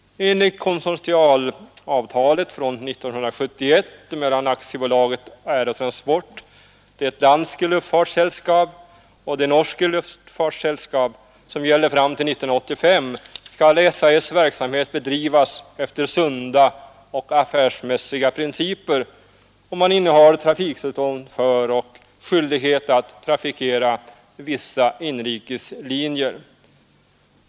Enligt konsortialavtalet från 1971 mellan Aktiebolaget Aerotransport, Det Danske Luftfartsselskab och Det Norske Luftfartsselskab som gäller fram till 1985 skall SAS:s verksamhet bedrivas efter sunda och affärsmässiga principer, och man innehar även trafiktillstånd för och skyldighet att trafikera vissa inrikeslinjer.